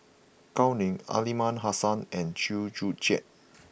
Gao Ning Aliman Hassan and Chew Joo Chiat